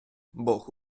бог